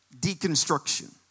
Deconstruction